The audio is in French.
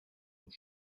aux